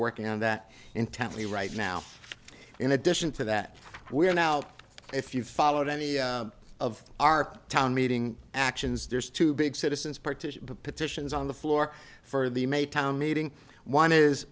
working on that intently right now in addition to that we are now if you followed any of our town meeting actions there's two big citizens part to the petitions on the floor for the main town meeting one